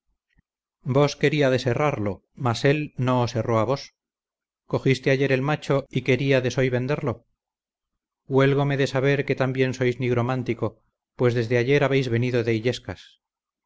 vos queriades herrarlo mas él no os herró a vos cogiste ayer el macho y queríades hoy venderlo huélgome de saber que también sois nigromántico pues desde ayer habéis venido de illescas